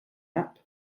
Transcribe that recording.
app